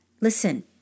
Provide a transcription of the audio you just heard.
Listen